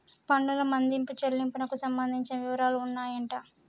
పన్నుల మదింపు చెల్లింపునకు సంబంధించిన వివరాలు ఉన్నాయంట